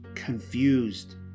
confused